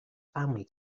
family